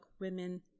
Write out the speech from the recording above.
Women